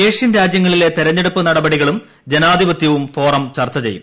Asian രാജ്യങ്ങളിലെ തെരഞ്ഞെടുപ്പ് നടപടികളും ജനാ ധിപത്യവും ഫോറം ചർച്ച ചെയ്യും